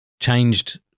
changed